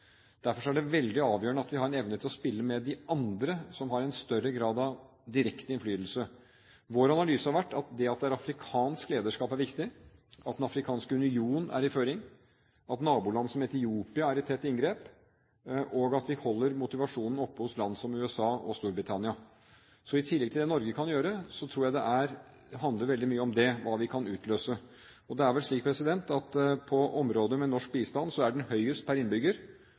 Derfor er det veldig avgjørende at vi har evne til å spille med de andre som har større grad av direkte innflytelse. Vår analyse har vært at det er viktig at det er afrikansk lederskap, at Den afrikanske union er i føring, at naboland som Etiopia er i tett inngrep, og at vi holder motivasjonen oppe hos land som USA og Storbritannia. I tillegg til det Norge kan gjøre, tror jeg det handler veldig mye om hva vi kan utløse. Det er vel slik at på områder med norsk bistand er den høyest per innbygger.